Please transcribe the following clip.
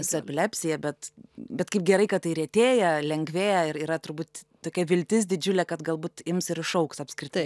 su epilepsija bet bet kaip gerai kad tai retėja lengvėja ir yra turbūt tokia viltis didžiulė kad galbūt ims ir išaugs apskritai